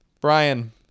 Brian